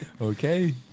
Okay